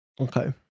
okay